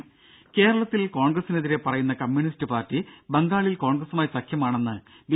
രുര കേരളത്തിൽ കോൺഗ്രസിനെതിരെ പറയുന്ന കമ്യൂണിസ്റ്റ് പാർട്ടി ബംഗാളിൽ കോൺഗ്രസുമായി സഖ്യമാണെന് ബി